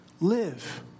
live